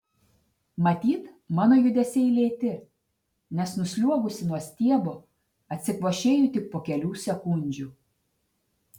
matyt mano judesiai lėti nes nusliuogusi nuo stiebo atsikvošėju tik po kelių sekundžių